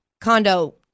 condo